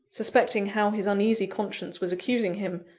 suspecting how his uneasy conscience was accusing him,